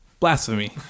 blasphemy